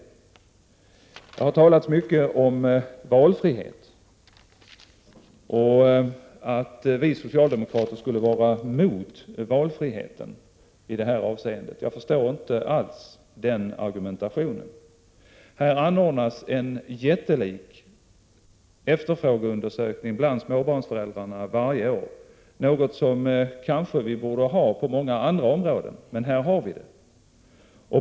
Det har talats mycket om valfrihet och att vi socialdemokrater skulle vara mot valfriheten i det här avseendet. Jag förstår inte alls den argumentationen. Här anordnas en jättelik efterfrågeundersökning bland småbarnsföräldrarna varje år. Det borde vi kanske ha på många områden, och här har vi det.